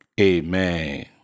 Amen